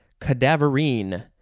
cadaverine